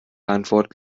antwort